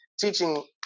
teaching